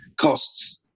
costs –